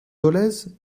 dolez